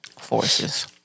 Forces